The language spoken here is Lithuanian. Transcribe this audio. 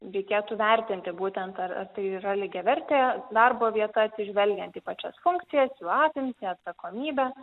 reikėtų vertinti būtent ar ar tai yra lygiavertė darbo vieta atsižvelgiant į pačias funkcijas jų apimtį atsakomybę